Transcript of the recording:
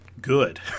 good